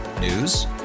News